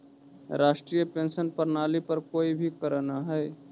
राष्ट्रीय पेंशन प्रणाली पर कोई भी करऽ न हई